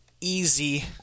easy